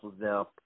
now